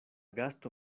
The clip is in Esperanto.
gasto